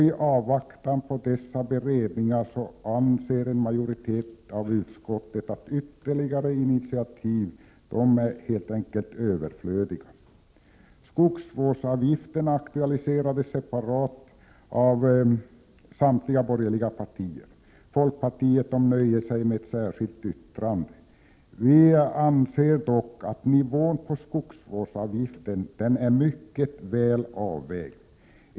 I avvaktan på dessa beredningar anser en majoritet i utskottet att ytterligare initiativ helt enkelt är överflödiga. Skogsvårdsavgifterna har aktualiserats separat av samtliga borgerliga partier. Folkpartiet nöjer sig med ett särskilt yttrande. Vi anser dock att nivån på skogsvårdsavgiften är mycket väl avvägd.